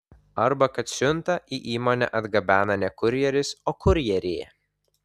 arba kad siuntą į įmonę atgabena ne kurjeris o kurjerė